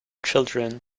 children